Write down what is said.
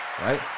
right